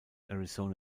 arizona